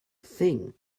thing